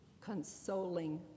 consoling